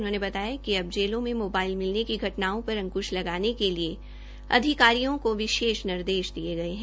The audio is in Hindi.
उन्होंने बताया कि अब जेलों में मोबाइल मिलने की घटनाओं पर अंकुश लगाने के लिए अधिकारियों को विशेष निर्देश दिए गए हैं